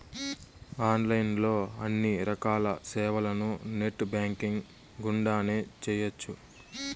online లో అన్ని రకాల సేవలను నెట్ బ్యాంకింగ్ గుండానే చేయ్యొచ్చు